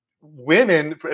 Women